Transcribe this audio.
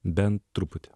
bent truputį